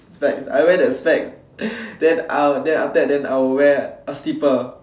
is like I wear that specs then after that I will wear a slipper